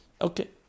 Okay